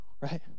right